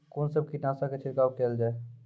कून सब कीटनासक के छिड़काव केल जाय?